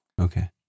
Okay